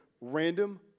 random